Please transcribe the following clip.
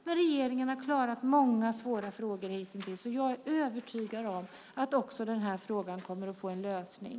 Men regeringen har klarat många svåra frågor hittills, och jag är övertygad om att också den här frågan kommer att få en lösning.